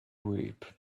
reap